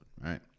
right